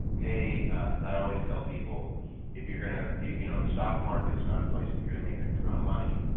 hey because i always tell people if you're going. you know stock market is not a place that you're going to make a ton of money.